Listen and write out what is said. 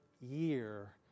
year